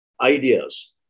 ideas